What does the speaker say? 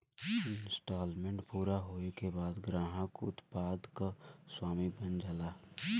instalment पूरा होये के बाद ग्राहक उत्पाद क स्वामी बन जाला